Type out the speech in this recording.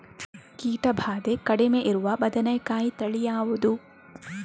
ಕೀಟ ಭಾದೆ ಕಡಿಮೆ ಇರುವ ಬದನೆಕಾಯಿ ತಳಿ ಯಾವುದು?